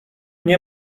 nie